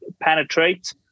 penetrate